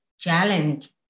Challenge